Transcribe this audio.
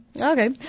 Okay